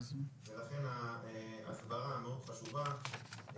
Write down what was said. ולכן ההסברה חשובה מאוד,